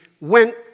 went